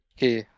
Okay